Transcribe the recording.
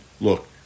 look